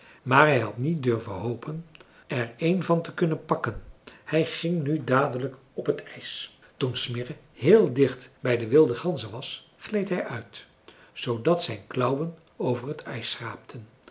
maar hij had niet durven hopen er een van te kunnen pakken hij ging nu dadelijk op het ijs toen smirre heel dicht bij de wilde ganzen was gleed hij uit zoodat zijn klauwen over t ijs schraapten